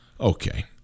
Okay